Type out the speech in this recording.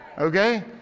Okay